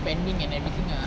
spending and everything ah